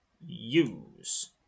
Use